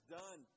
done